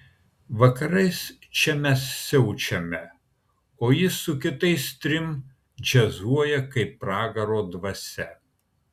vakarais čia mes siaučiame o jis su kitais trim džiazuoja kaip pragaro dvasia